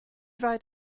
weit